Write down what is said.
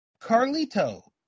Carlito